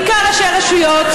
בעיקר ראשי רשויות,